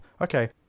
okay